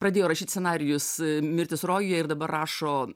pradėjo rašyt scenarijus mirtis rojuje ir dabar rašo